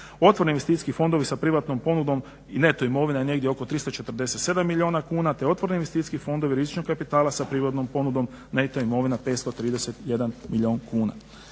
Otvoreni investicijski fondovi sa privatnom ponudom, neto imovine negdje oko 347 milijuna kuna te otvoreni investicijski fondovi rizičnog kapitala sa privatnom ponudom neto imovine 531 milijun kuna.